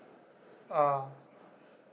uh